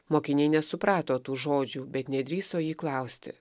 mokiniai nesuprato tų žodžių bet nedrįso jį klausti